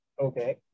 Okay